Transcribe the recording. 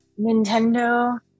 Nintendo